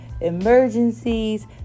emergencies